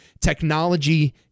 technology